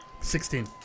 Sixteen